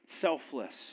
Selfless